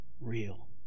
real